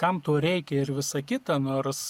kam to reikia ir visa kita nors